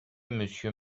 monsieur